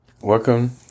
welcome